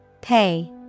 Pay